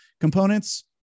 components